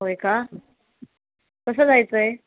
होय का कसं जायचं आहे